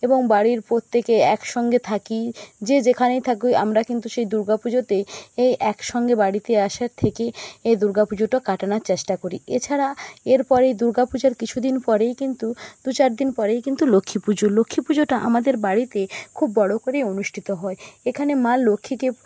এবং বাড়ির প্রত্যেকে এক সঙ্গে থাকি যে যেখানেই থাকুক আমরা কিন্তু সেই দুর্গা পুজোতে এ এক সঙ্গে বাড়িতে আসার থেকেই এই দুর্গা পুজোটা কাটানোর চেষ্টা করি এছাড়া এরপরেই দুর্গা পূজার কিছুদিন পরেই কিন্তু দু চার দিন পরেই কিন্তু লক্ষ্মী পুজো লক্ষ্মী পুজোটা আমাদের বাড়িতে খুব বড়ো করেই অনুষ্ঠিত হয় এখানে মা লক্ষ্মীকে